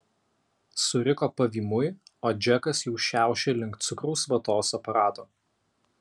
suriko pavymui o džekas jau šiaušė link cukraus vatos aparato